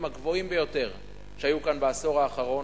הגבוהים ביותר שהיו כאן בעשור האחרון.